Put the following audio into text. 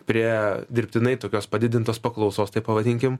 prie dirbtinai tokios padidintos paklausos taip pavadinkim